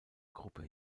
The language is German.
gruppe